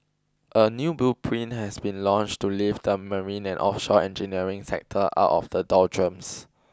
a new blueprint has been launched to lift the marine and offshore engineering sector out of the doldrums